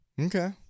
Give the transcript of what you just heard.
Okay